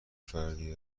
فردی